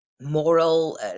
moral